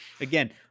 Again